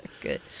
good